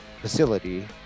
facility